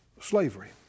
slavery